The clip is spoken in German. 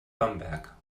bamberg